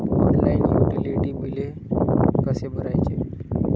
Online utility बिले कसे भरायचे?